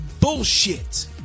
bullshit